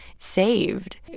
Saved